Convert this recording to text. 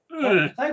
Thank